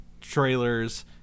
trailers